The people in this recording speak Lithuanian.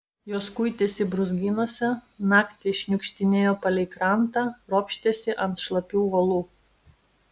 jos kuitėsi brūzgynuose naktį šniukštinėjo palei krantą ropštėsi ant šlapių uolų